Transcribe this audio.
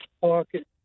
pocket